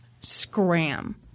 scram